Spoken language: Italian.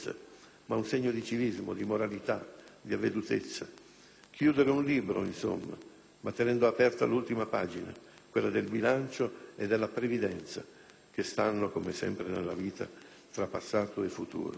ma un segno di civismo, di moralità, di avvedutezza. Chiudere un libro, insomma, ma tenendo aperta l'ultima pagina, quella del bilancio e della previdenza, che stanno - come sempre nella vita - tra passato e futuro.